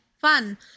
Fun